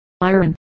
iron